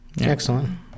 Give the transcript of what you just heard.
Excellent